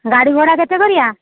ଗାଡ଼ି ଭଡ଼ା କେତେ କରିବା